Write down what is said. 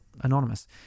anonymous